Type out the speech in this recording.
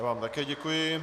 Já vám také děkuji.